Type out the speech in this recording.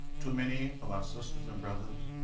too many of our sisters and brothers,